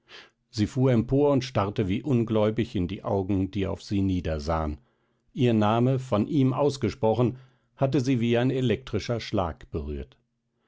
sie fuhr empor und starrte wie ungläubig in die augen die auf sie niedersahen ihr name von ihm ausgesprochen hatte sie wie ein elektrischer schlag berührt